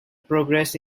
progress